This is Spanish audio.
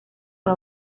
fue